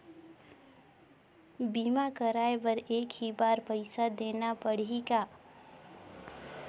बीमा कराय बर एक ही बार पईसा देना पड़ही का?